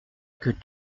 que